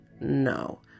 No